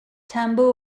tambo